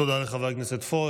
תודה רבה לחבר הכנסת פורר.